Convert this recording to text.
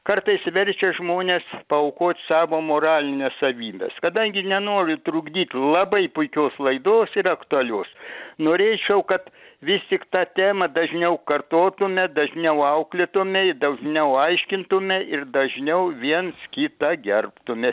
kartais verčia žmones paaukot savo moralines savybes kadangi nenoriu trukdyt labai puikios laidos ir aktualios norėčiau kad vis tik tą temą dažniau kartotume dažniau auklėtume i dažniau aiškintume ir dažniau viens kitą gerbtume